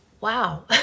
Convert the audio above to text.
wow